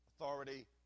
authority